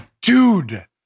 Dude